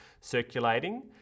circulating